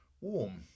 warm